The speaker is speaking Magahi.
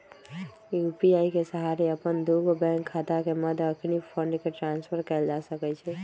यू.पी.आई के सहारे अप्पन दुगो बैंक खता के मध्य अखनी फंड के ट्रांसफर कएल जा सकैछइ